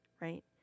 right